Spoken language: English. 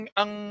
ang